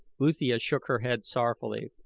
uthia shook her head sorrowfully.